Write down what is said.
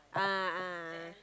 a'ah